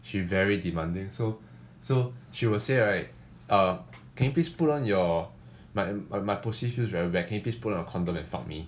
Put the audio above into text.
she very demanding so so she will say right uh can you please put on your my my my pussy feels very wet can you please put on your condom and fuck me